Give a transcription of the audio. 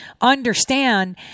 understand